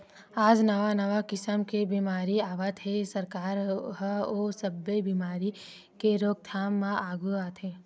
आज नवा नवा किसम के बेमारी आवत हे, सरकार ह ओ सब्बे बेमारी के रोकथाम म आघू आथे